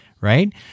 right